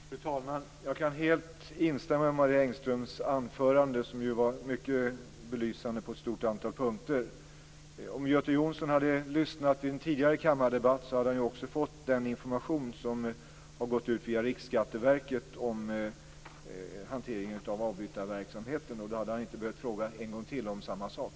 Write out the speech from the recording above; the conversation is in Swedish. Fru talman! Jag kan helt instämma i Marie Engströms anförande. Det var mycket belysande på ett stort antal punkter. Om Göte Jonsson hade lyssnat vid en tidigare kammardebatt hade han också fått den information som har gått ut via Riksskatteverket om hanteringen av avbytarverksamheten. Då hade han inte behövt fråga en gång till om samma sak.